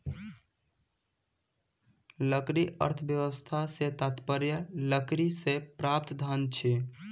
लकड़ी अर्थव्यवस्था सॅ तात्पर्य लकड़ीसँ प्राप्त धन अछि